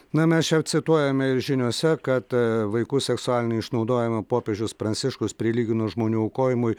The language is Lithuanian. na mes čia acentuojame ir žiniose kad vaikų seksualiniu išnaudojimu popiežius pranciškus prilygino žmonių aukojimui